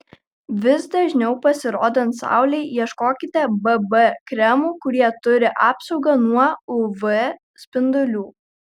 vis dažniau pasirodant saulei ieškokite bb kremų kurie turi apsaugą nuo uv spindulių